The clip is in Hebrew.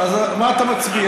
מה אתה מצביע?